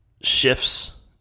shifts